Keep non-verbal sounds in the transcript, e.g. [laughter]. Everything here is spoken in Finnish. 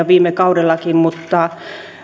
[unintelligible] viime kaudellakin mutta